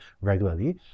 regularly